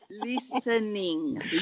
listening